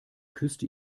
küsste